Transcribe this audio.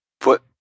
Put